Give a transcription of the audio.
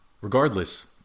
Regardless